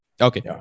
Okay